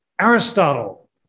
Aristotle